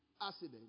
accident